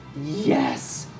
Yes